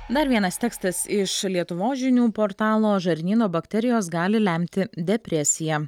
dar vienas tekstas iš lietuvos žinių portalo žarnyno bakterijos gali lemti depresiją